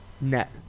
Net